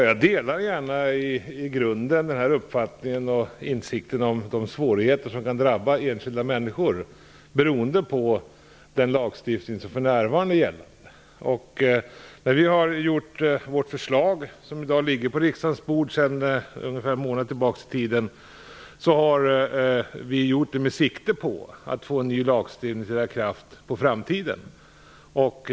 Fru talman! Jag delar i grunden denna uppfattning och insikten om de svårigheter som kan drabba enskilda människor beroende på den lagstiftning som för närvarande gäller. När vi gjort vårt förslag - det ligger på riksdagens bord sedan ungefär en månad - har vi tagit sikte på att få en ny lagstiftning att träda i kraft i framtiden.